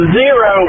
zero